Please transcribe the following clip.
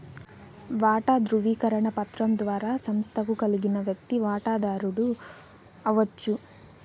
వాటా దృవీకరణ పత్రం ద్వారా సంస్తకు కలిగిన వ్యక్తి వాటదారుడు అవచ్చు